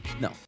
No